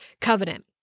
covenant